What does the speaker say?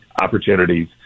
opportunities